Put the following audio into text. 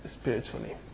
spiritually